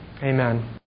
amen